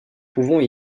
pouvons